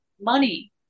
money